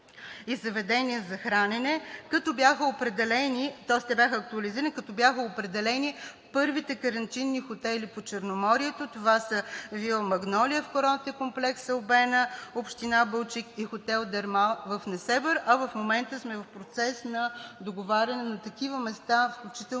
и заведения за хранене – тоест те бяха актуализирани, като бяха определени първите карантинни хотели по Черноморието. Това са „Вили Магнолия“ в курортен комплекс „Албена“, община Балчик и хотел „Дел Мар“ в Несебър. В момента сме в процес на договаряне на такива места, включително